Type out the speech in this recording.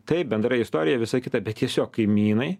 taip bendra istorija visa kita bet tiesiog kaimynai